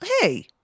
hey